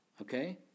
Okay